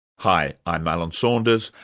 hi, i'm alan saunders,